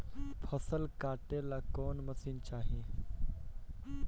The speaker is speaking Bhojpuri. फसल काटेला कौन मशीन चाही?